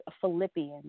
Philippians